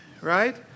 right